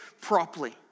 properly